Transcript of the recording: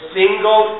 single